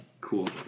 cool